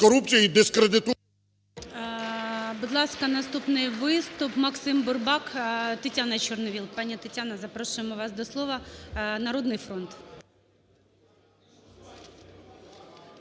Будь ласка, наступний виступ – Максим Бурбак. Пані Тетяна Чорновол. Пані Тетяно запрошуємо вас до слова, "Народний фронт".